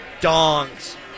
dongs